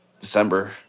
December